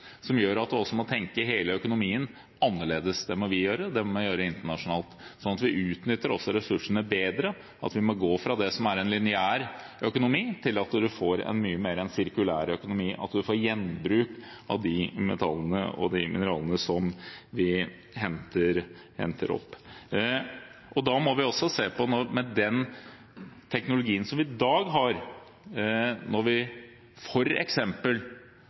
som gjør at vi må tenke hele økonomien annerledes. Det må vi gjøre, og det må vi gjøre internasjonalt, slik at vi utnytter ressursene bedre. Vi må gå fra en lineær økonomi til en mer sirkulær økonomi, der vi får gjenbruk av de metallene og mineralene som vi henter opp. Da må vi også se på den teknologien vi i dag har. Hvis regjeringen f.eks. går hele veien og gir oss en utslippstillatelse – nå ligger det et forslag til Stortinget om at vi